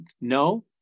no